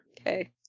Okay